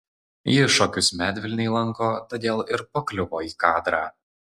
ji šokius medvilnėj lanko todėl ir pakliuvo į kadrą